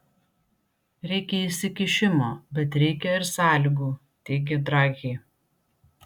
reikia įsikišimo bet reikia ir sąlygų teigė draghi